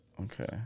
Okay